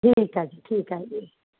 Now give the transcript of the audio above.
ਠੀਕ ਹੈ ਜੀ ਠੀਕ ਹੈ ਜੀ